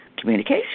communication